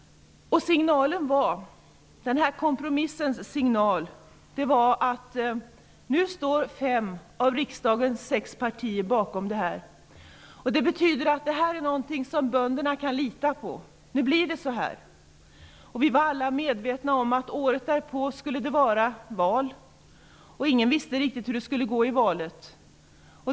Signalen var att fem av riksdagens sex partier stod bakom kompromissen. Det betydde att det här var någonting som bönderna kunde lita på, nu skulle det bli si och så. Vi var alla medvetna om att det året därpå skulle vara val. Ingen visste hur det skulle gå i valet.